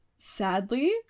Sadly